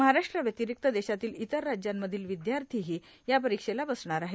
महाराष्ट्राव्यतिरिक्त देशातील इतर राज्यांमधील विद्यार्थीही या परीक्षेला बसणार आहेत